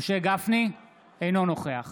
אינו נוכח